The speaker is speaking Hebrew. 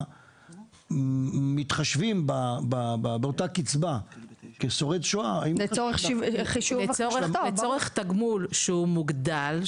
מתחשבים באותה קצבה כשורד שואה --- לצורך תגמול שהוא מוגדל,